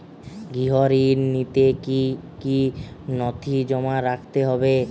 গৃহ ঋণ নিতে কি কি নথি জমা রাখতে হবে?